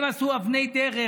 אם עשו אבני דרך.